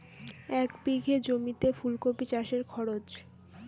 এক বিঘে জমিতে ফুলকপি চাষে খরচ?